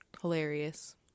Hilarious